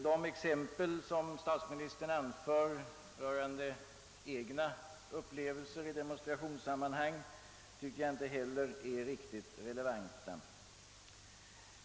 De exempel som statsministern anför rörande egna upplevelser i demonstrationssammanhang tycker jag inte heller är riktigt relevanta.